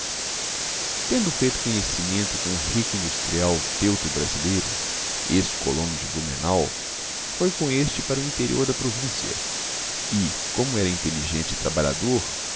tendo feito conhecimento com um rico industrial teuto brasileiro ex colono de blumenau foi com este para o interior da província e como era inteligente e trabalhador